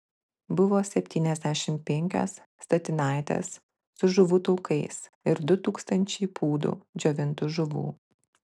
buvo septyniasdešimt penkios statinaitės su žuvų taukais ir du tūkstančiai pūdų džiovintų žuvų